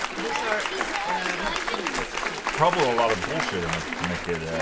these are much easier to chew probably a lot of bullshit and to make it.